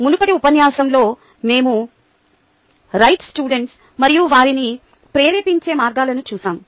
మునుపటి ఉపన్యాసంలో మేము రైట్ స్టూడెంట్స్ మరియు వారిని ప్రేరేపించే మార్గాలను చూశాము